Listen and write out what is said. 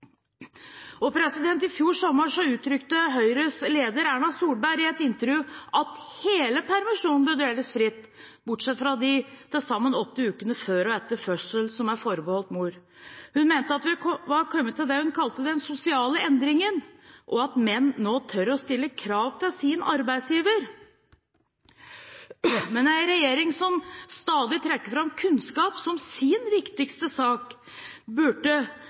I fjor sommer uttrykte Høyres leder, Erna Solberg, i et intervju at hele permisjonen bør deles fritt, bortsett fra de til sammen ni ukene før og etter fødsel som er forbeholdt mor. Hun mente vi var kommet til det hun kalte den sosiale endringen, og at menn nå tør å stille krav til sin arbeidsgiver. Men en regjering som stadig trekker fram kunnskap som sin viktigste sak, burde